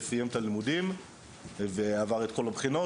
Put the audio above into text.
שסיים את הלימודים ועבר את כל הבחינות,